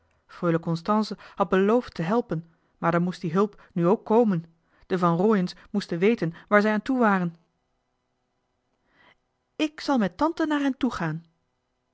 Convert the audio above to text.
freule constance had belfd te helpen maar dan moest die hulp nu ook komen de van rooien's moesten weten waar zij aan toe waren ik zal met tante naar hen toe